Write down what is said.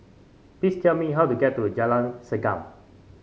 please tell me how to get to Jalan Segam